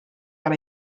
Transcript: ole